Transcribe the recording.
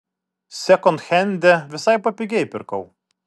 sekondhende visai papigiai pirkau